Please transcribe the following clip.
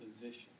position